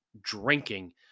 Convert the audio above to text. drinking